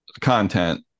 content